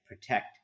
protect